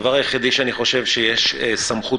הדבר היחידי שאני חושב שיש בגינו סמכות